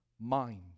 mind